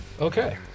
Okay